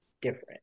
different